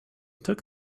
took